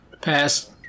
Pass